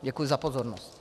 Děkuji za pozornost.